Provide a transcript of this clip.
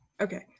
Okay